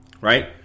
right